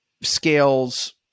scales